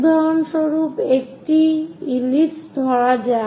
উদাহরণস্বরূপ একটি ইলিপস ধরা যাক